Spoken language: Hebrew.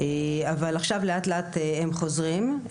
אבל עכשיו לאט לאט הם חוזרים.